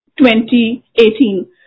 2018